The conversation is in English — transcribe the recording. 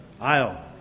aisle